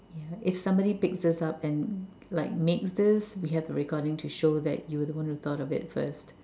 yeah if somebody picks this up and like makes this we have the recording to show that you were the one that thought of this first